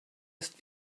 ist